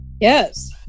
Yes